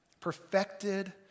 perfected